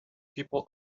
people